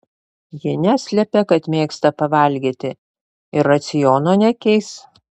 ji neslepia kad mėgsta pavalgyti ir raciono nekeis